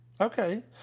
Okay